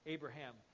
Abraham